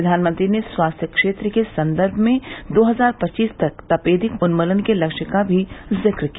प्रधानमंत्री ने स्वास्थ्य क्षेत्र के संदर्भ में दो हजार पच्चीस तक तपेदिक उन्मूलन के लक्ष्य का भी जिक्र किया